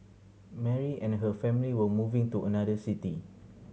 Mary and her family were moving to another city